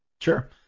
Sure